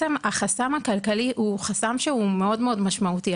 החסם הכלכלי הוא מאוד משמעותי.